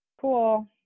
Cool